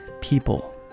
people